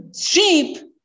sheep